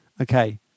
okay